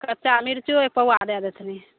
कच्चा मिर्चो एक पौआ दै देथिन